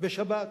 בשבת.